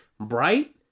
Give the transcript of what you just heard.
bright